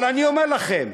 אבל אני אומר לכם: